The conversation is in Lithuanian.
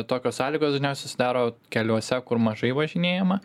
tokios sąlygos dažniausiai susidaro keliuose kur mažai važinėjama